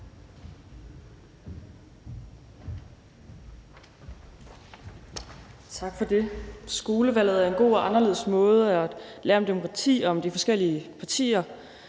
Tak for det. Skolevalget er en god og anderledes måde at lære om demokrati og om de forskellige partier